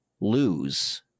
lose